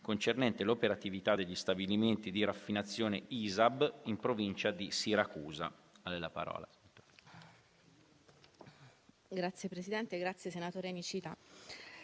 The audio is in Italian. finestra") sull'operatività degli stabilimenti di raffinazione ISAB, in provincia di Siracusa.